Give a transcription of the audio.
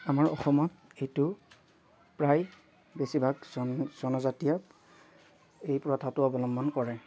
আমাৰ অসমত এইটো প্ৰায় বেছিভাগ জনজাতিয়ে এই প্ৰথাটো অৱলম্বন কৰে